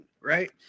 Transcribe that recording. right